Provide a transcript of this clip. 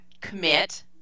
commit